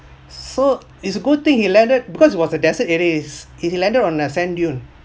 so it's a good thing he landed because it was a desert areas his he landed on a sand dunes